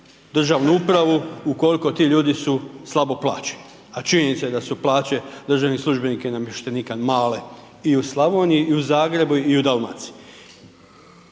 državnu upravu ukoliko ti ljudi su slabo plaćeni a činjenica je da su plaće državnih službenika i namještenika male i u Slavoniji i u Zagrebu i u Dalmaciji.